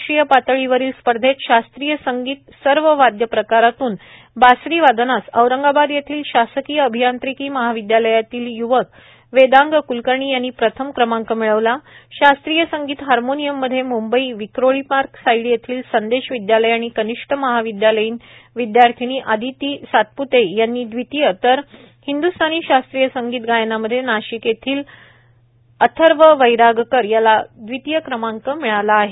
राष्ट्रीय पातळीवरील स्पर्धेत शास्त्रीय संगीत सर्व वादय प्रकारात्न बासरी वादनास औरंगाबाद येथील शासकीय अभियांत्रिकी महाविद्यालयातील य्वक वेंदांग उदय क्लकर्णी यांनी प्रथम क्रमांक मिळवला शास्त्रीय संगीत हर्मोनियममध्ये मुंबई विक्रोळी पार्क साईड येथील संदेश विद्यालय आणि कनिष्ठ महाविद्यालयीन विद्यार्थीनी अदिती पोपट सातप्ते यांनी द्वितीय तर हिंद्स्तानी शास्त्रीय संगीत गायनामध्ये नाशिक येथील अथर्व ओंकार वैरागकर यांनी द्वितीय क्रमांक मिळवला आहे